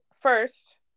First